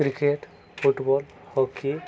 cricket football hockey